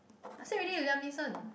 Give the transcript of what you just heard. I say already Liam-Neeson